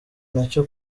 nacyo